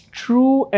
true